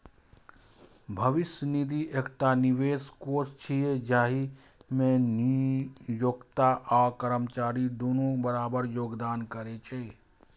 भविष्य निधि एकटा निवेश कोष छियै, जाहि मे नियोक्ता आ कर्मचारी दुनू बराबर योगदान करै छै